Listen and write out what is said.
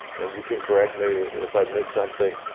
and you can correct me if i miss something.